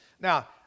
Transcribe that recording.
Now